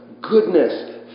goodness